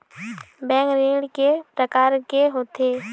Bank ऋण के प्रकार के होथे?